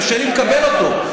קשה לי לקבל אותו,